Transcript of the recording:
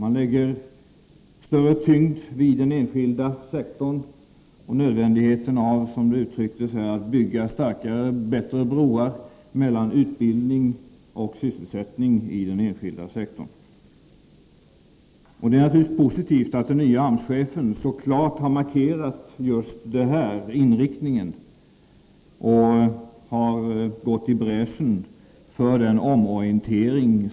Man lägger större tyngd vid den enskilda sektorn än förut och nödvändigheten av, som det uttrycktes här, att bygga starkare och bättre broar mellan utbildning och sysselsättning i den enskilda sektorn. Det är naturligtvis positivt att den nye AMS-chefen så klart har markerat den inriktningen och gått i bräschen för en nödvändig omorientering.